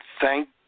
thank